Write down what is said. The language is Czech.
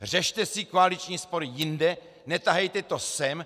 Řešte si koaliční spory jinde, netahejte to sem!